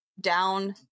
down